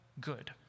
good